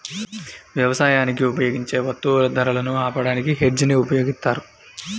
యవసాయానికి ఉపయోగించే వత్తువుల ధరలను ఆపడానికి హెడ్జ్ ని వాడతారు